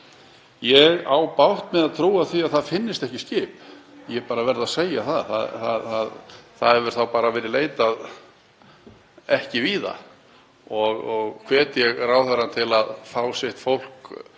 Ég á bágt með að trúa því að það finnist ekki skip, ég verð bara að segja það. Það hefur þá ekki verið leitað víða og hvet ég ráðherrann til að fá sitt fólk